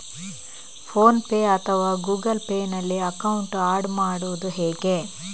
Phone pay ಅಥವಾ Google Pay ನಲ್ಲಿ account add ಮಾಡುವುದು ಹೇಗೆ?